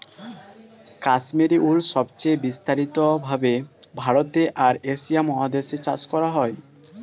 কাশ্মীরি উল সবচেয়ে বিস্তারিত ভাবে ভারতে আর এশিয়া মহাদেশে চাষ করা হয়